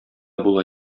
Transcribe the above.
була